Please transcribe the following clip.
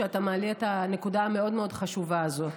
שאתה מעלה את הנקודה המאוד-מאוד חשובה הזאת.